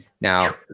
now